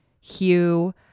Hugh